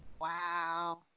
Wow